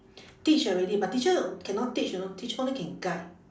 teach already but teacher cannot teach you know teacher only can guide